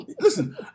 Listen